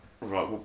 right